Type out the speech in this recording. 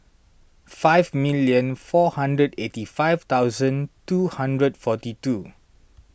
five million four hundred eighty five thousand two hundred forty two